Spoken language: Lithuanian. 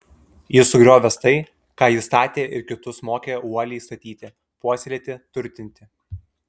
jis sugriovęs tai ką ji statė ir kitus mokė uoliai statyti puoselėti turtinti